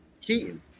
Keaton